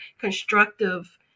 constructive